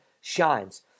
shines